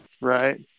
Right